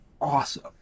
awesome